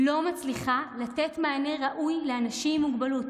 לא מצליחה לתת מענה ראוי לאנשים עם מוגבלות.